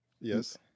Yes